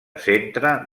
centre